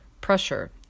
pressure